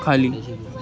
खाली